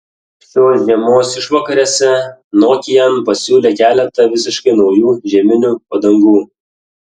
šios žiemos išvakarėse nokian pasiūlė keletą visiškai naujų žieminių padangų